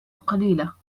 قليلة